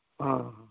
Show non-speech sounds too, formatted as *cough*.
*unintelligible*